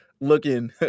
looking